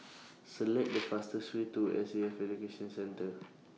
Select The fastest Way to S A F Education Centre